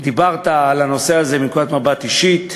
דיברת על הנושא הזה מנקודת מבט אישית.